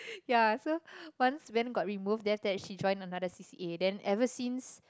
ya so once band got removed then that after that she joined another C_C_A then ever since